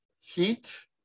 heat